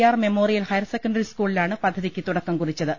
R memorial higher secondary സ്കൂളി ലാണ് പദ്ധതിക്ക് തുടക്കം കുറിച്ചത്